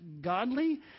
godly